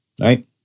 right